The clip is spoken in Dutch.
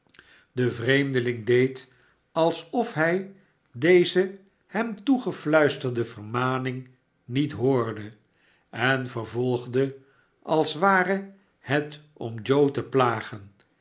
de vreemdeling deed alsof hij deze hem toegefluisterde vermaning niet hoorde en vervolgde als ware het om joe te plagen